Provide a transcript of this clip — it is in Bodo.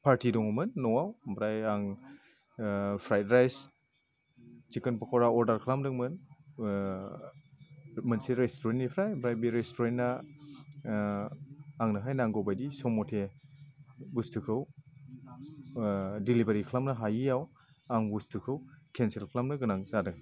फार्टि दङमोन नआव ओमफ्राय आं fried rice chicken pakora order खालामदोंमोन मोनसे रेष्टुरेन्टनिफ्राय ओमफ्राय बे रेष्टुरेन्टा आंनोहाय नांगौबायदि सम मथे बुस्थुखौ डेलिभारि खालामनो हायैयाव आं बुस्थुखौ केनसेल खालामनो गोनां जादों